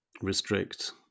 restrict